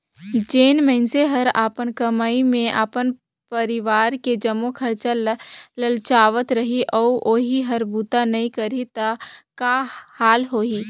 जेन मइनसे हर अपन कमई मे अपन परवार के जम्मो खरचा ल चलावत रही अउ ओही हर बूता नइ करही त का हाल होही